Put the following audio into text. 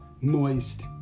moist